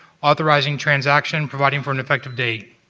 authorizing transaction, providing for an effective date.